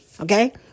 okay